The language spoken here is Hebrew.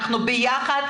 אנחנו ביחד,